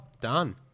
Done